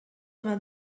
vingt